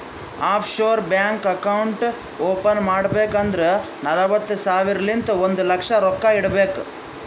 of sure bank account open ಮಾಡ್ಬೇಕ್ ಅಂದುರ್ ನಲ್ವತ್ತ್ ಸಾವಿರಲಿಂತ್ ಒಂದ್ ಲಕ್ಷ ರೊಕ್ಕಾ ಇಡಬೇಕ್